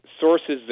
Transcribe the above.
sources